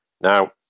Now